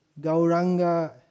gauranga